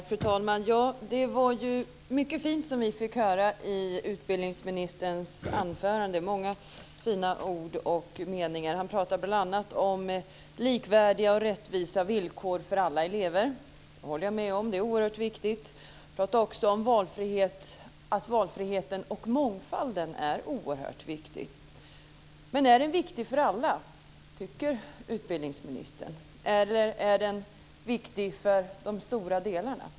Fru talman! Det var mycket fint vi fick höra i utbildningsministerns anförande. Det var många fina ord och meningar. Han pratade bl.a. om likvärdiga och rättvisa villkor för alla elever - det håller jag med om; Det är oerhört viktigt. Han pratade också om att valfriheten och mångfalden är oerhört viktiga. Men är de viktiga för alla, tycker utbildningsministern, eller är de viktiga för de stora delarna?